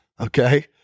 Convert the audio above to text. okay